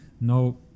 no